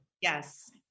Yes